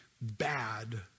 bad